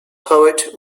poet